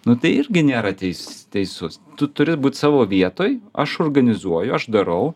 nu tai irgi nėra teis teisus tu turi būt savo vietoj aš organizuoju aš darau